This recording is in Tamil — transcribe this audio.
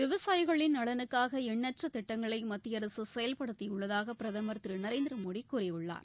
விவசாயிகளின் நலனுக்காக எண்ணற்ற திட்டங்களை மத்திய அரசு செயல்படுத்தியுள்ளதாக பிரதமர் திரு நரேந்திர மோடி கூறியுள்ளார்